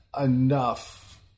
enough